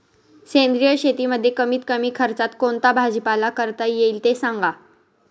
सेंद्रिय शेतीमध्ये कमीत कमी खर्चात कोणता भाजीपाला करता येईल ते सांगा